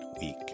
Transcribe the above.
week